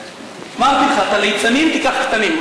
אמרתי לך, את הליצנים תיקח קטנים.